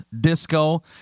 Disco